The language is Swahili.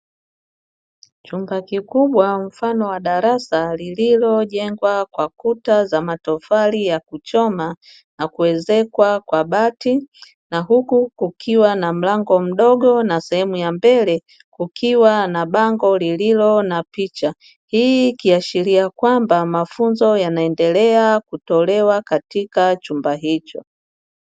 Chumba kikubwa mfano wa darasa lililojengwa kwa kuta za matofali ya kuchoma na kuezekwa kwa bati na huku kukiwa na mlango mdogo na sehemu ya mbele kukiwa na bango lililo na picha, hii ikiashiria kwamba mafunzo yanaendelea kutolewa katika chumba hicho.